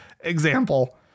Example